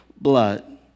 blood